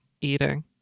eating